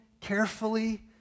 carefully